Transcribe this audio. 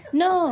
no